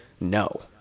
No